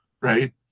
Right